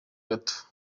bato